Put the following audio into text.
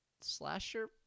slasher